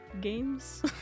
games